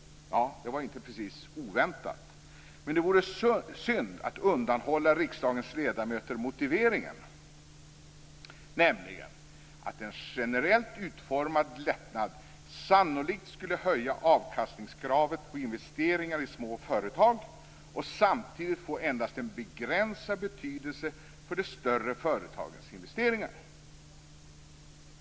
Ja, det var inte precis oväntat. Men det vore synd att undanhålla riksdagens ledamöter motiveringen, nämligen att en generellt utformad lättnad sannolikt skulle höja avkastningskravet på investeringar i små företag och samtidigt få endast en begränsad betydelse för de större företagens investeringar.